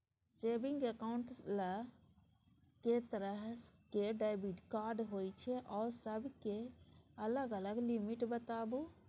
Saving accounts ल के तरह के डेबिट कार्ड होय छै आ सब के अलग अलग लिमिट बताबू?